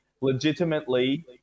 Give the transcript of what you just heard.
legitimately